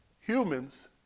humans